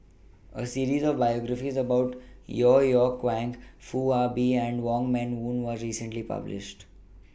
A series of biographies about Yeo Yeow Kwang Foo Ah Bee and Wong Meng Voon was recently published